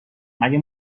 مگه